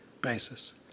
basis